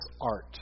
art